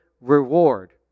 reward